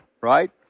right